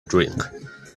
drink